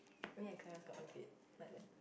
me and Clement got a bit like that